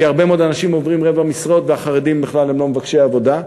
כי הרבה מאוד אנשים עובדים רבעי משרות והחרדים בכלל הם לא מבקשי עבודה.